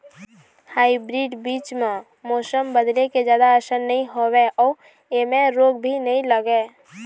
hybrid बीज म मौसम बदले के जादा असर नई होवे अऊ ऐमें रोग भी नई लगे